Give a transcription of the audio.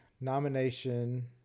nomination